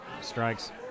strikes